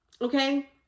Okay